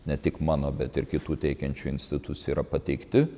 ne tik mano bet ir kitų teikiančių institucijų yra pateikti